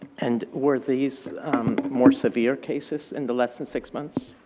and were these more severe cases in the less than six months?